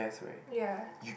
ya